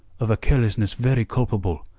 of a carelessness very culpable.